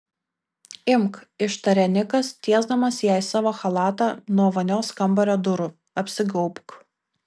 imk ištarė nikas tiesdamas jai savo chalatą nuo vonios kambario durų apsigaubk